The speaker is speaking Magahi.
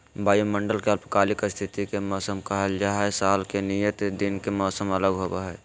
वायुमंडल के अल्पकालिक स्थिति के मौसम कहल जा हई, साल के नियत दिन के मौसम अलग होव हई